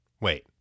Wait